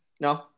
No